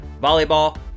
volleyball